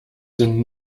denn